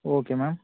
okay ma'am